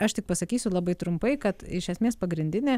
aš tik pasakysiu labai trumpai kad iš esmės pagrindinė